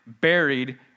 buried